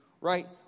right